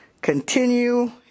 continue